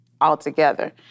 altogether